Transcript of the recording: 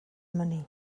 money